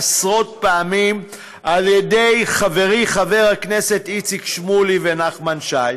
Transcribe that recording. עשרות פעמים על ידי חברי חבר הכנסת איציק שמולי ונחמן שי.